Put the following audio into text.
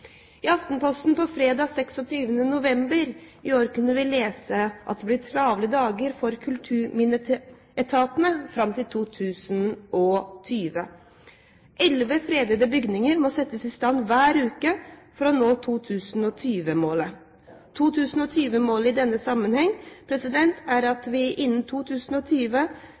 I Aftenposten fredag den 26. november i år kunne vi lese at det blir travle dager for kulturminneetatene fram til 2020. Elleve fredede bygninger må settes i stand hver uke for å nå 2020-målet. 2020-målet i denne sammenheng er at innen